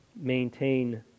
maintain